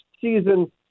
season